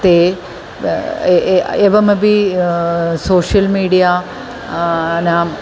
ते एवमपि social media नाम